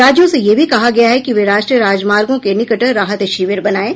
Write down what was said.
राज्यों से यह भी कहा गया है कि वे राष्ट्रीय राजमार्गो के निकट राहत शिविर बनाएं